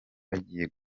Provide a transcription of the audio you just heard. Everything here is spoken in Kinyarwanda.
bagiye